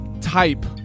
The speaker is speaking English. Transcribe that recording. type